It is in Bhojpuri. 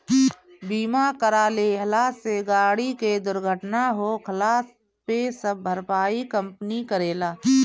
बीमा करा लेहला से गाड़ी के दुर्घटना होखला पे सब भरपाई कंपनी करेला